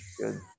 Good